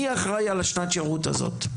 מי אחראי על השנת שירות הזו?